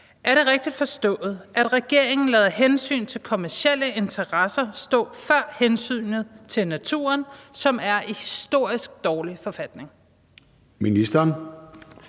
Er det rigtigt forstået, at regeringen lader hensynet til kommercielle interesser stå over hensynet til naturen, som er i en historisk dårlig forfatning? Kl.